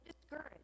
discouraged